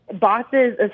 bosses